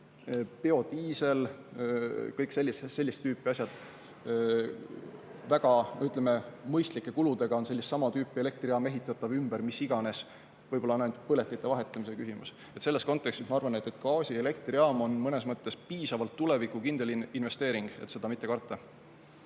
biodiisel, kõik sellist tüüpi asjad. Väga mõistlike kuludega on võimalik sama tüüpi elektrijaama ümber ehitada. Mis iganes, võib-olla on ainult põletite vahetamise küsimus. Selles kontekstis ma arvan, et gaasielektrijaam on mõnes mõttes piisavalt tulevikukindel investeering, et seda mitte karta.